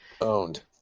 Owned